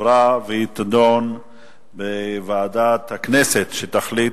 התאמות וזכויות לסטודנטיות בהיריון ואחרי לידה (תיקוני חקיקה),